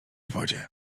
wodzie